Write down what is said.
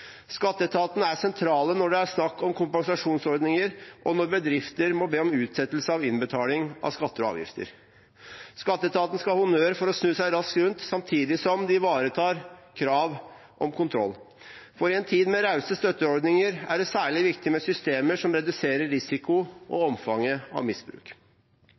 Skatteetaten er sentral når det er snakk om kompensasjonsordninger, og når bedrifter må be om utsettelse av innbetaling av skatter og avgifter. Skatteetaten skal ha honnør for å snu seg raskt rundt, samtidig som de ivaretar krav om kontroll. For i en tid med rause støtteordninger er det særlig viktig med systemer som reduserer risikoen for og omfanget av misbruk.